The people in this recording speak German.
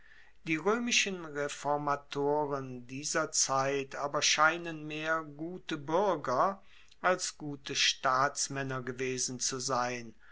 die roemischen reformatoren dieser zeit aber scheinen mehr gute buerger als gute staatsmaenner gewesen zu sein